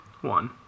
One